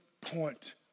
point